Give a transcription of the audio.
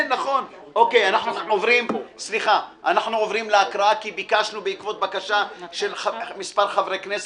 אנחנו עוברים להקראה בעקבות בקשה של מספר חברי כנסת,